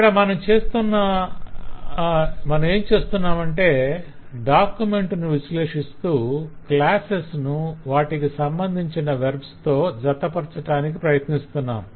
ఇక్కడ మనమేంచేస్తున్నామంటే డాక్యుమెంట్ ను విశ్లేషిస్తూ క్లాసెస్ ను వాటికి సంబంధించిన వెర్బ్స్ తో జతపర్చటానికి ప్రయత్నిస్తున్నాం